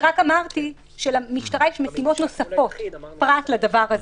רק אמרתי שלמשטרה יש משימות נוספות פרט לדבר הזה.